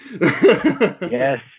Yes